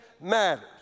matters